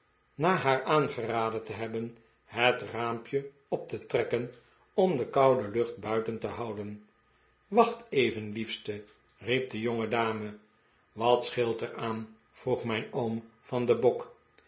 na haar aangeraden te hebben het raampje op te trekken om de koude lucht buiten te houden wacht even liefste riep de jongedame wat scheelt er aan vroeg mijn oom van den bok